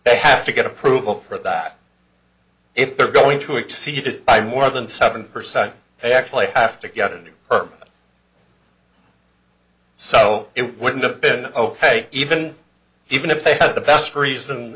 they have to get approval for that if they're going to exceed it by more than seven percent they actually have to get a new perm so it wouldn't have been ok even even if they had the best reason